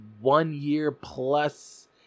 one-year-plus